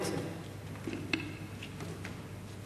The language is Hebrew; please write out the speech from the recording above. רוצה להשיב על